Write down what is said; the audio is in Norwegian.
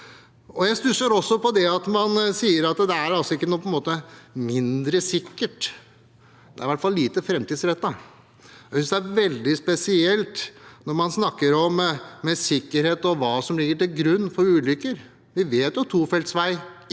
Jeg stusser også på at man sier at det ikke er mindre sikkert. Det er i hvert fall lite framtidsrettet. Jeg synes det er veldig spesielt, når man snakker om sikkerhet og hva som ligger til grunn for ulykker. Vi vet jo at tofelts vei ikke